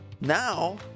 Now